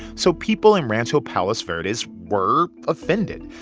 so people in rancho palos verdes is were offended,